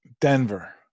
Denver